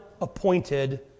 appointed